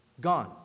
Gone